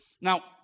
Now